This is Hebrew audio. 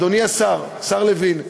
אדוני השר לוין,